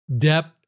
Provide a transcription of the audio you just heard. depth